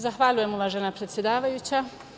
Zahvaljujem, uvažena predsedavajuća.